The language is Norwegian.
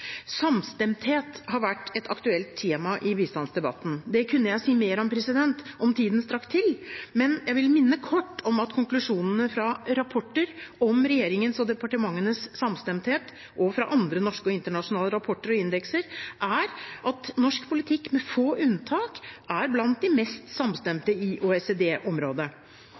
Samstemthet har vært et aktuelt tema i bistandsdebatten. Det kunne jeg si mer om – om tiden strakk til – men jeg vil minne kort om at konklusjonene fra rapporter om regjeringens og departementenes samstemthet, og fra andre norske og internasjonale rapporter og indekser, er at norsk politikk med få unntak er blant de mest samstemte i